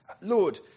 Lord